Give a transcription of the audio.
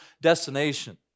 destination